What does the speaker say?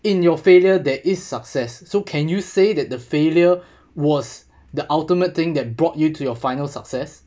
in your failure that is success so can you say that the failure was the ultimate thing that brought you to your final success